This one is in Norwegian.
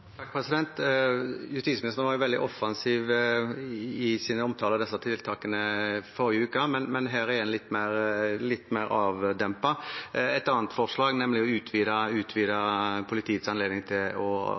Justisministeren var veldig offensiv i sin omtale av disse tiltakene forrige uke, men her er hun litt mer avdempet. Et annet forslag er å utvide politiets anledning til å